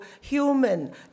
human